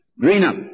green-up